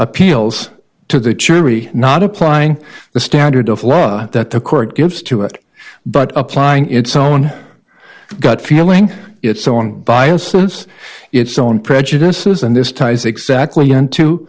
appeals to the jury not applying the standard of law that the court gives to it but applying its own gut feeling its own bias towards its own prejudices and this ties exactly